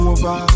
over